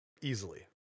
easily